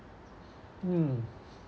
mm